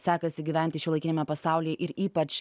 sekasi gyventi šiuolaikiniame pasaulyje ir ypač